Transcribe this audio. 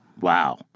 Wow